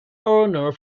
honors